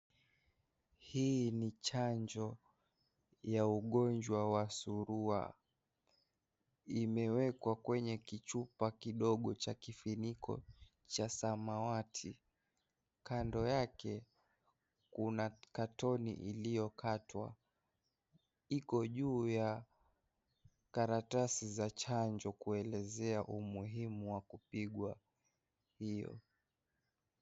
Hii ni chanjo ya ugonjwa wa surua. Imewekwa kwenye kichupa kidogo cha kifuniko cha samawati . Kando yake k.una kartoni iliyokatwa iko juu ya karatasi za chanjo kuelezea umuhimu wa kupigwa hiyo